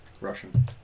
Russian